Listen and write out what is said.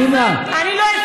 אני לא הפרעתי לך,